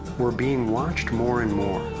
we're being watched more and more.